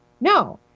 no